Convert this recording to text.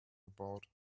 gebaut